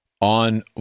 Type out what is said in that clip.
on